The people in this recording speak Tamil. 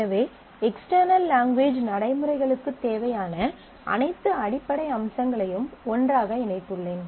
எனவே எக்ஸ்டெர்னல் லாங்குவேஜ் நடைமுறைகளுக்குத் தேவையான அனைத்து அடிப்படை அம்சங்களையும் ஒன்றாக இணைத்துள்ளேன்